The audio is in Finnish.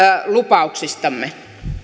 lupauksistamme